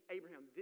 Abraham